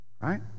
Right